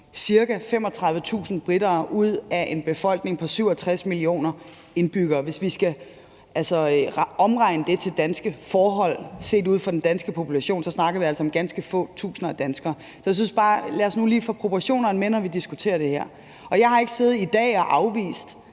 ca. 35.000 briter ud af en befolkning på 67 millioner indbyggere. Hvis vi skal omregne det til danske forhold, altså set ud fra den danske population, så snakker vi altså om ganske få tusinde danskere. Så jeg synes bare, at vi nu lige skal få proportionerne med, når vi diskuterer det her. Jeg har ikke siddet i dag og afvist